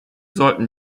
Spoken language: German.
sollten